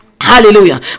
hallelujah